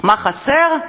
מה חסר?